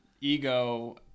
ego